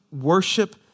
worship